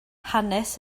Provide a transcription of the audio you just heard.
hanes